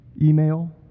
Email